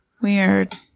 Weird